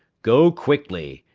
go quickly,